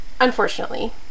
Unfortunately